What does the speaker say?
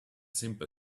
simple